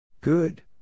Good